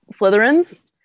Slytherins